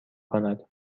کند